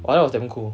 but that was damn cool